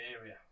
area